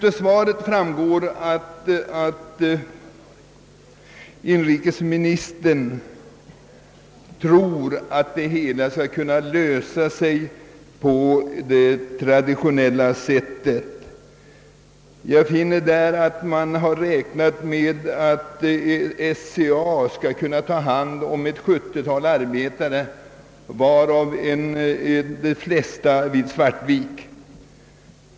Av inrikesministerns svar framgår att han tror att detta problem skall kunna lösas på traditionellt sätt. Jag finner av svaret att man räknat med att Svenska cellulosabolaget skall kunna ta hand om ett 70-tal arbetare, de flesta vid Svartvik.